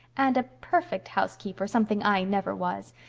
and a perfect housekeeper something i never was.